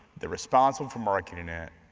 they're responsible for marketing it,